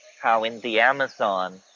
ah in the amazon,